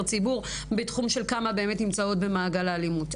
ציבור בתחום של כמה באמת נמצאות במעגל האלימות,